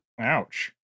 Ouch